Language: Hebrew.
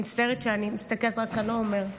אני מצטערת שאני מסתכלת רק על עומר.